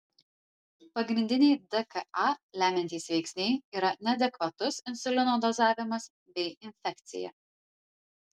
pagrindiniai dka lemiantys veiksniai yra neadekvatus insulino dozavimas bei infekcija